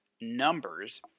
numbers